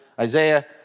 Isaiah